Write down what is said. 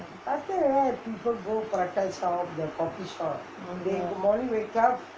ஆமா:aamaa